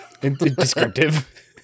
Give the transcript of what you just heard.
descriptive